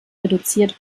reduziert